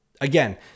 Again